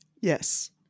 Yes